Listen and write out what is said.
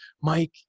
Mike